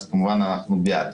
אנחנו כמובן בעד.